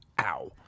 ow